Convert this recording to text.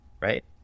right